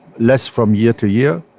less from year to year.